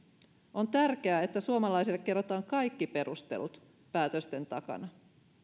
on tärkeää että suomalaisille kerrotaan kaikki perustelut päätösten takana